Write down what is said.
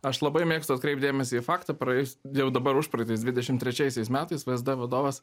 aš labai mėgstu atkreipt dėmesį į faktą praėjus jau dabar užpraeitais dvidešim trečiaisiais metais vsd vadovas